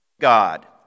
God